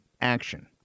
action